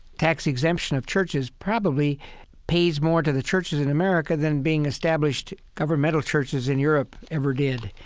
tax exemption of churches probably pays more to the churches in america than being established governmental churches in europe ever did.